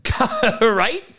right